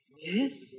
Yes